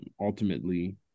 ultimately